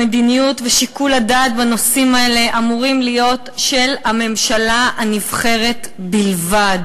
המדיניות ושיקול הדעת בנושאים האלה אמורים להיות של הממשלה הנבחרת בלבד.